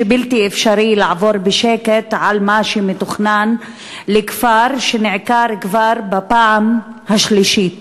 שבלתי אפשרי לעבור בשקט על מה שמתוכנן לכפר שנעקר כבר בפעם השלישית.